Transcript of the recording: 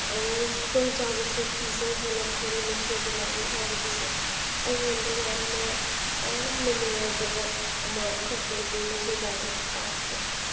ꯈꯨꯗꯣꯡꯆꯥꯕꯁꯨ ꯄꯤꯖꯩ ꯍꯥꯏꯅ ꯈꯜꯂꯤ ꯃꯁꯤꯒꯤ ꯂꯥꯏꯔꯤꯛ ꯍꯥꯏꯔꯤꯕꯁꯦ ꯑꯩꯉꯣꯟꯗ ꯌꯥꯝꯅ ꯌꯥꯝꯅ ꯅꯨꯡꯉꯥꯏꯖꯕ ꯑꯃꯈꯛ ꯑꯣꯏꯖꯩ ꯃꯁꯤ ꯂꯥꯏꯔꯤꯛ ꯄꯥꯕꯗ